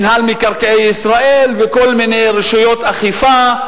מינהל מקרקעי ישראל וכל מיני רשויות אכיפה,